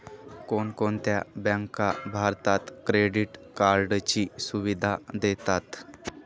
कोणकोणत्या बँका भारतात क्रेडिट कार्डची सुविधा देतात?